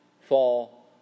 fall